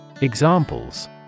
Examples